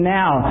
now